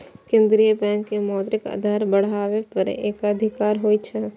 केंद्रीय बैंक के मौद्रिक आधार बढ़ाबै पर एकाधिकार होइ छै